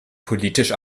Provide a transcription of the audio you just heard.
politisch